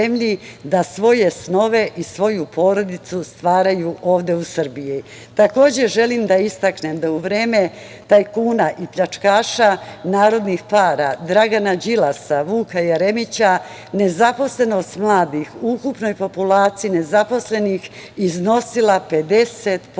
da svoje snove i svoju porodicu stvaraju ovde u Srbiji. Takođe želim da istaknem da je u vreme tajkuna i pljačkaša narodnih para, Dragana Đilasa, Vuka Jeremića, nezaposlenost mladih u ukupnoj populaciji nezaposlenih iznosila 50%.